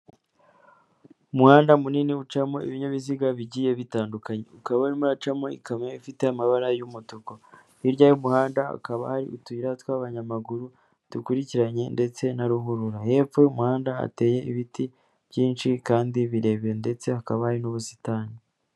Umuhanda munini ucamo ibinyabiziga bigiye bitandukanye ukaba urimo uracamo ikamyo ifite amabara y'umutuku. Hirya y'umuhanda hakaba hari utuyira tw'abanyamaguru dukurikiranye ndetse na ruhurura. Hepfo y'umuhanda hateye ibiti byinshi kandi birebire ndetse hakaba hari n'ubusitani.